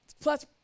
plus